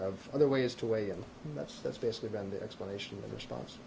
have other ways to weigh and that's that's basically been the explanation of the response